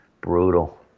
brutal